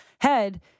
head